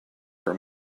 for